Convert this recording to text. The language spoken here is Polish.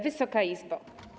Wysoka Izbo!